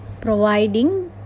providing